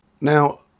Now